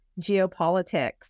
geopolitics